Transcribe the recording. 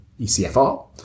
ECFR